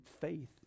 faith